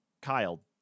kyle